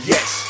Yes